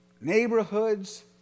neighborhoods